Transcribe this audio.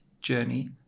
journey